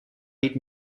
niet